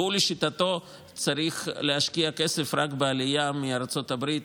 ולשיטתו צריך להשקיע כסף רק בעלייה מארצות הברית,